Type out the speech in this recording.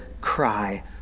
cry